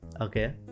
okay